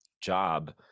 job